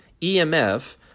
EMF